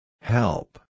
Help